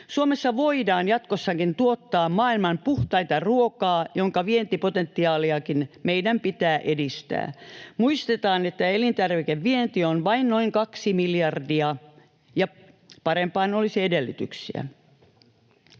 Suomessa voidaan jatkossakin tuottaa maailman puhtainta ruokaa, jonka vientipotentiaaliakin meidän pitää edistää. Muistetaan, että elintarvikevienti on vain noin kaksi miljardia ja parempaan olisi edellytyksiä.